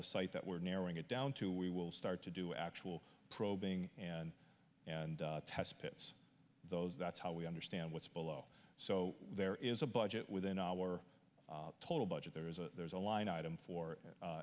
the site that we're narrowing it down to we will start to do actual probing and and test pits those that's how we understand what's below so there is a budget within our total budget there is a there's a line item for